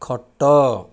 ଖଟ